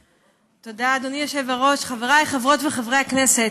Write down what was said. תודה, אדוני היושב-ראש, חבריי חברות וחברי הכנסת,